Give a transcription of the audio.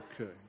Okay